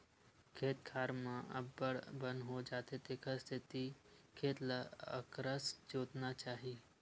खेत खार म अब्बड़ बन हो जाथे तेखर सेती खेत ल अकरस जोतना चाही